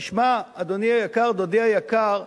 תשמע, אדוני היקר, דודי היקר,